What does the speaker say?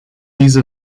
these